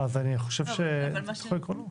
אתה יכול לקרוא לו?